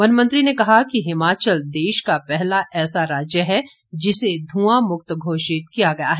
वनमंत्री ने कहा कि हिमाचल देश का पहला ऐसा राज्य है जिसे ध्रआं मुक्त घोषित किया गया है